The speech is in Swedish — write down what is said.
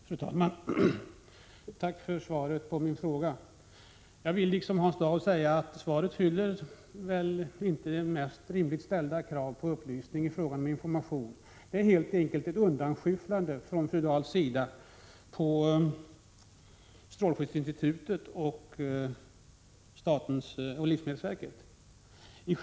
Fru talman! Tack för svaret på min fråga. Jag vill liksom Hans Dau säga att svaret knappast fyller rimligt ställda krav på upplysning och information. Det är helt enkelt ett övervältrande av ansvaret från fru Dahls sida på strålskyddsinstitutet och livsmedelsverket.